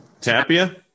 Tapia